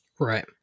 Right